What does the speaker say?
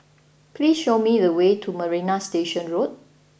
please show me the way to Marina Station Road